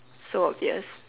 so obvious